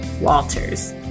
Walters